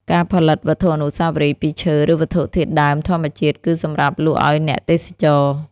ការផលិតវត្ថុអនុស្សាវរីយ៍ពីឈើ ឬវត្ថុធាតុដើមធម្មជាតិ គឺសម្រាប់លក់ឲ្យអ្នកទេសចរណ៍។